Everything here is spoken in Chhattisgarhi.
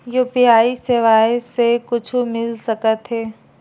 यू.पी.आई सेवाएं से कुछु मिल सकत हे?